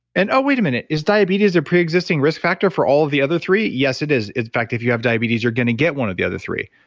and ah wait a minute, is diabetes a pre-existing risk factor for all of the other three? yes it is. in fact, if you have diabetes, you're going to get one of the other three,